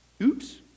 Oops